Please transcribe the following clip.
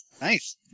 Nice